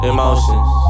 Emotions